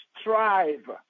strive